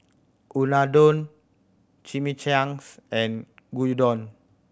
Unadon Chimichangas and Gyudon